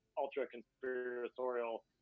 ultra-conspiratorial